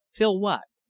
phil what?